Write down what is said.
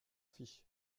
fiche